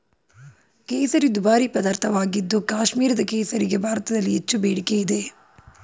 ಕೇಸರಿ ದುಬಾರಿ ಪದಾರ್ಥವಾಗಿದ್ದು ಕಾಶ್ಮೀರದ ಕೇಸರಿಗೆ ಭಾರತದಲ್ಲಿ ಹೆಚ್ಚು ಬೇಡಿಕೆ ಇದೆ